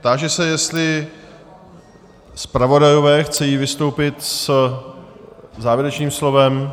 Táži se, jestli zpravodajové chtějí vystoupit se závěrečným slovem.